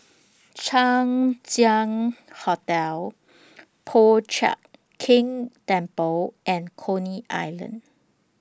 Chang Ziang Hotel Po Chiak Keng Temple and Coney Island